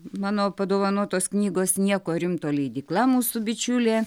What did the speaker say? mano padovanotos knygos nieko rimto leidykla mūsų bičiulė